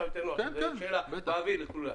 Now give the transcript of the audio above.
כי יותר נוח אבל זאת שאלה באוויר לכולם.